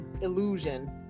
illusion